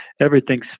everything's